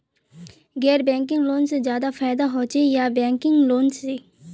गैर banking loan से ज्यादा फायदा होचे या बैंकिंग लोन से?